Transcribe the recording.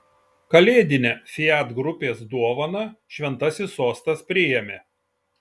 kalėdinę fiat grupės dovaną šventasis sostas priėmė